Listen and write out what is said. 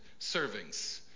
servings